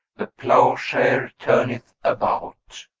the ploughshare turneth about.